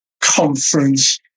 conference